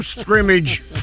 scrimmage